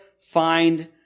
find